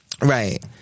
Right